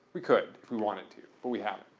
we could if we wanted to, but we haven't.